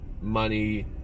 money